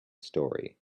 story